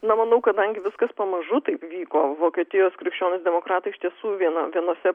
na manau kadangi viskas pamažu taip vyko vokietijos krikščionys demokratai iš tiesų viena vienuose